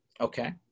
okay